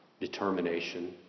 determination